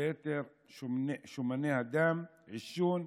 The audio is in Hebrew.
יתר שומני הדם, עישון,